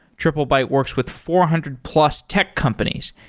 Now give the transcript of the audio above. triplebyte works with four hundred plus tech companies,